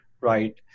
right